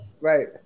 Right